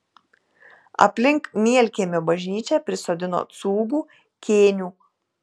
aplink mielkiemio bažnyčią prisodino cūgų kėnių